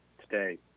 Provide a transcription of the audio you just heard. today